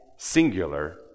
singular